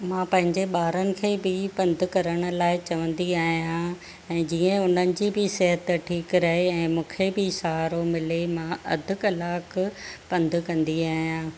मां पंहिंजे ॿारनि खे बि पंधु करण लाइ चवंदी आहियां ऐं जीअं उन्हनि जी बि सिहत ठीकु रहे ऐं मूंखे बि सहारो मिले मां अधु कलाकु पंधु कंदी आहियां